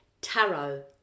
tarot